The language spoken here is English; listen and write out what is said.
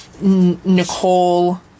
Nicole